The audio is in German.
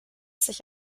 sich